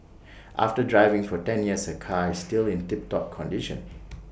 after driving for ten years her car is still in tip top condition